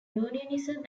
unionism